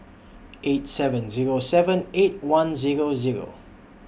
eight seven Zero seven eight one Zero Zero